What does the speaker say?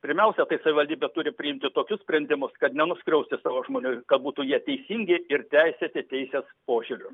pirmiausia tai savivaldybė turi priimti tokius sprendimus kad nenuskriausti savo žmonių kad būtų jie teisingi ir teisėti teisės požiūriu